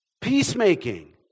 Peacemaking